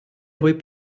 ହୋଇ